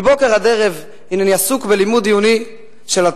מבוקר עד ערב הנני עסוק בלימוד עיוני של התלמוד,